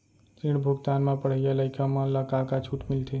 ऋण भुगतान म पढ़इया लइका मन ला का का छूट मिलथे?